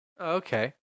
Okay